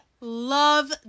love